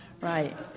Right